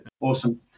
Awesome